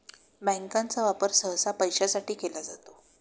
बँकांचा वापर सहसा पैशासाठी केला जातो